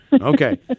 Okay